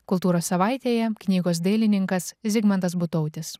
kultūros savaitėje knygos dailininkas zigmantas butautis